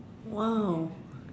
!wow!